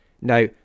Now